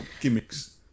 gimmicks